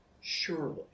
surely